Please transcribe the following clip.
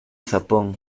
japón